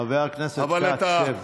חבר הכנסת כץ, שב.